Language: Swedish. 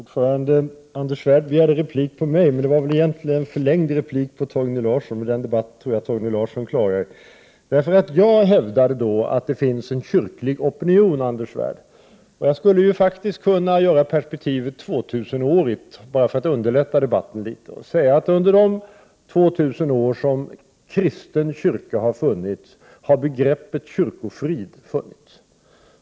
Herr talman! Anders Svärd begärde replik på mitt anförande, men det var — 1 juni 1989 väl egentligen en förlängd replik på Torgny Larssons anförande, men den debatten tror jag Torgny Larsson klarar själv. Jag hävdade att det finns en kyrklig opinion, Anders Svärd. För att underlätta debatten litet kan jag göra perspektivet tvåtusenårigt. Under de 2 000 år som en kristen kyrka har funnits har begreppet kyrkofrid funnits.